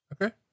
Okay